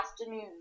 afternoon